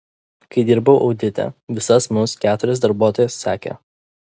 kai dirbau audite visas mus keturias darbuotojas sekė